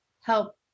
help